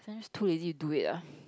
just too lazy to do it ah